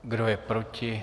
Kdo je proti?